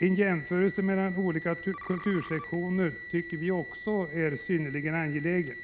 En jämförelse mellan olika kultursektorer tycker jag också är synnerligen angelägen.